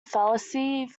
fallacy